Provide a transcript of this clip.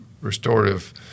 restorative